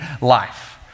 life